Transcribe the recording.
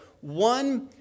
one